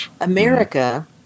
America